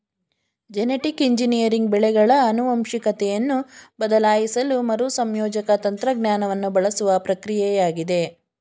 genetic engineering ಬೆಳೆಗಳ ಆನುವಂಶಿಕತೆಯನ್ನು ಬದಲಾಯಿಸಲು ಮರುಸಂಯೋಜಕ ತಂತ್ರಜ್ಞಾನವನ್ನು ಬಳಸುವ ಪ್ರಕ್ರಿಯೆಯಾಗಿದೆ